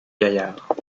gaillard